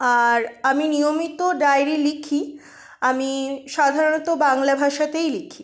আর আমি নিয়মিত ডায়েরি লিখি আমি সাধারণত বাংলা ভাষাতেই লিখি